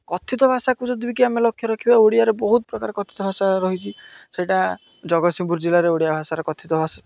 କଥିତ ଭାଷାକୁ ଯଦି ବି କିଏ ଆମେ ଲକ୍ଷ୍ୟ ରଖିବା ଓଡ଼ିଆରେ ବହୁତ ପ୍ରକାର କଥିତ ଭାଷା ରହିଛି ସେଇଟା ଜଗତସିଂପୁର ଜିଲ୍ଲାରେ ଓଡ଼ିଆ ଭାଷାର କଥିତ ଭାଷା